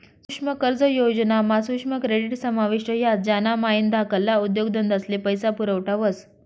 सुक्ष्म कर्ज योजना मा सुक्ष्म क्रेडीट समाविष्ट ह्रास ज्यानामाईन धाकल्ला उद्योगधंदास्ले पैसा पुरवठा व्हस